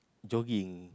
jogging